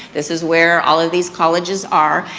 this is where all of these colleges are,